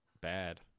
bad